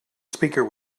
speaker